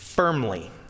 firmly